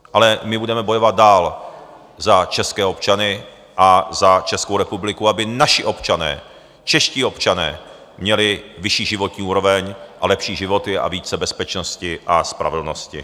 Ale my budeme bojovat dál za české občany a za Českou republiku, aby naši občané, čeští občané měli vyšší životní úroveň a lepší životy a více bezpečnosti a spravedlnosti.